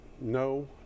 no